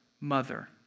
mother